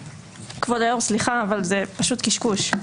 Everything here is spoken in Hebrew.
כבוד היו"ר, סליחה, אבל זה פשוט קשקוש.